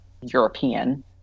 European